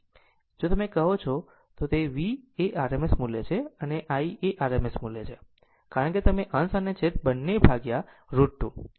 જો તમે કહો છો કે V એ rms મૂલ્ય છે અને I rms મૂલ્ય છે કારણ કે તમે અંશ અને છેદ બંને ભાગ્યા √ 2